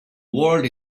world